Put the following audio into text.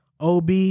OB